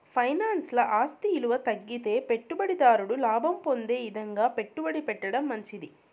ఫైనాన్స్ల ఆస్తి ఇలువ తగ్గితే పెట్టుబడి దారుడు లాభం పొందే ఇదంగా పెట్టుబడి పెట్టడం మంచిది